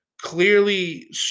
clearly